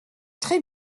très